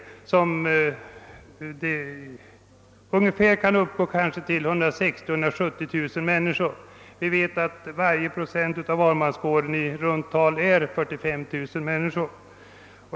Dessa grupper kan uppgå till kanske 160 000—170 000 människor, eftersom varje procent av valmanskåren i runt tal utgör 45 000 människor.